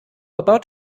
about